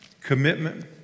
commitment